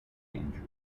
injury